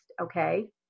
okay